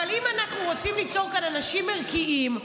אבל אם אנחנו רוצים ליצור כאן אנשים ערכיים,